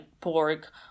pork